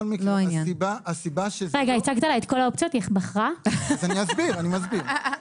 (נושאת דברים בשפת הסימנים,